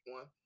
One